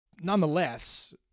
Nonetheless